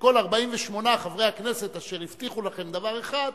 שכל 48 חברי הכנסת אשר הבטיחו לכם דבר אחד,